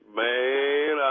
man